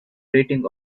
rating